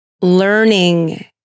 learning